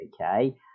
okay